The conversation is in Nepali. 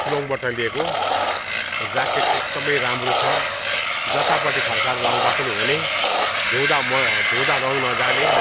सिलोङबाट लिएको ज्याकेट एकदमै राम्रो छ जतापट्टि फर्काएर लगाउँदा पनि हुने धुँदा धुँदा रङ नजाने